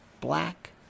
Black